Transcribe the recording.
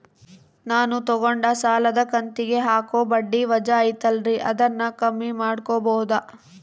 ನಾನು ತಗೊಂಡ ಸಾಲದ ಕಂತಿಗೆ ಹಾಕೋ ಬಡ್ಡಿ ವಜಾ ಐತಲ್ರಿ ಅದನ್ನ ಕಮ್ಮಿ ಮಾಡಕೋಬಹುದಾ?